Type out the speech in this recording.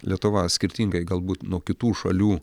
lietuva skirtingai galbūt nuo kitų šalių